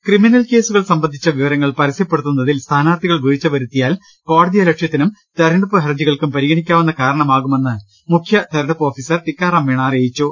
ക്രിമിനൽകേസുകൾ സംബന്ധിച്ച വിവരങ്ങൾ പരസ്യപ്പെടുത്തുന്ന തിൽ സ്ഥാനാർഥികൾ വീഴ്ച വരുത്തിയാൽ കോടതിയലക്ഷ്യത്തിനും തിരഞ്ഞെടുപ്പ് ഹർജികൾക്കും പരിഗണിക്കാവുന്ന കാരണമാകുമെന്ന് മുഖ്യ തിരഞ്ഞെടുപ്പ് ഓഫീസർ ടിക്കാറാം മീണ അറിയിച്ചു